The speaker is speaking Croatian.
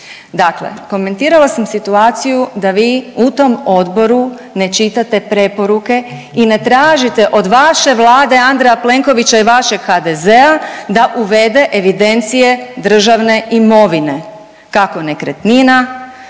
dakle komentirala sam situaciju da vi u tom odboru ne čitate preporuke i ne tražite od vaše Vlade Andreja Plenkovića i vašeg HDZ-a da uvede evidencije državne imovine, kako nekretnina